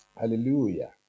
Hallelujah